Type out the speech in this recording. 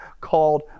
called